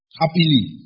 happily